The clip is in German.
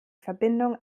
verbindung